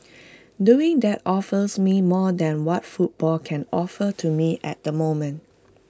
doing that offers me more than what football can offer to me at the moment